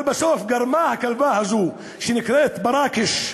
אבל בסוף גרמה הכלבה הזו, שנקראת בראקש,